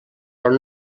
però